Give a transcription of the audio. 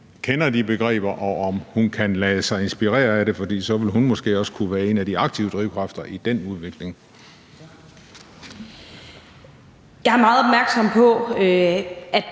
kender de begreber, og om hun kan lade sig inspirere af det, for så ville hun måske også kunne være en af de aktive drivkræfter i den udvikling. Kl. 15:56 Formanden